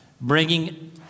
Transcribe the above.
bringing